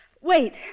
Wait